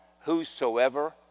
whosoever